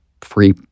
free